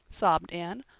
sobbed anne.